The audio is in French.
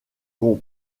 qu’on